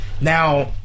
Now